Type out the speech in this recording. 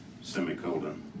semicolon